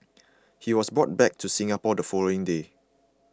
he was brought back to Singapore the following day